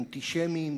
אנטישמים,